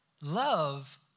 Love